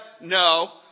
no